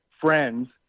friends